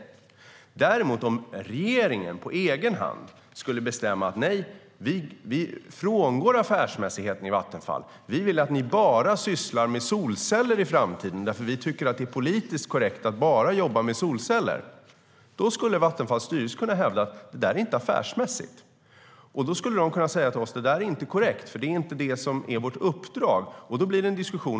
Det är på annat sätt om regeringen på egen hand skulle bestämma: Vi frångår affärsmässigheten i Vattenfall. Vi vill att ni bara sysslar med solceller i framtiden, därför att vi tycker att det är politiskt korrekt att bara jobba med solceller. Då skulle Vattenfalls styrelse kunna hävda: Det är inte affärsmässigt. Den skulle kunna säga till oss: Det är inte korrekt, för det är inte vårt uppdrag. Det blir då en diskussion.